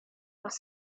off